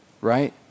Right